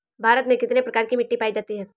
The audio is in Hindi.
भारत में कितने प्रकार की मिट्टी पाई जाती है?